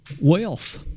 Wealth